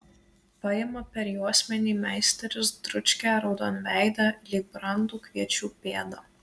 paima per juosmenį meisteris dručkę raudonveidę lyg brandų kviečių pėdą